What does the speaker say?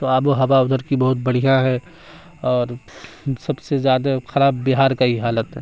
تو آب و ہوا ادھر کی بہت بڑھیا ہے اور سب سے زیادہ خراب بہار کا ہی حالت ہے